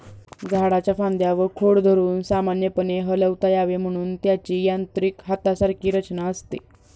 झाडाच्या फांद्या व खोड धरून सामान्यपणे हलवता यावे म्हणून त्याची यांत्रिक हातासारखी रचना असते